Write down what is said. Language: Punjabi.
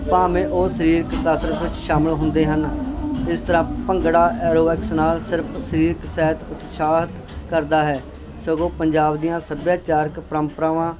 ਭਾਵੇਂ ਉਹ ਸਰੀਰਿਕ ਕਸਰਤ ਵਿਚ ਸ਼ਾਮਿਲ ਹੁੰਦੇ ਹਨ ਇਸ ਤਰ੍ਹਾਂ ਭੰਗੜਾ ਐਰੋਵੈਕਸ ਨਾਲ ਸਿਰਫ਼ ਸਰੀਰਿਕ ਸਿਹਤ ਉਤਸ਼ਾਹਿਤ ਕਰਦਾ ਹੈ ਸਗੋਂ ਪੰਜਾਬ ਦੀਆਂ ਸੱਭਿਆਚਾਰਕ ਪਰੰਪਰਾਵਾਂ